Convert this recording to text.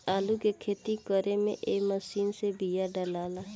आलू के खेती करे में ए मशीन से बिया डालाला